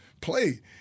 play